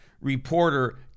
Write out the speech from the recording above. reporter